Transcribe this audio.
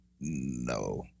no